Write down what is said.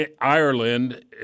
Ireland